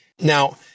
Now